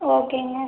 ஓகேங்க